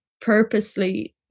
purposely